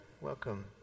Welcome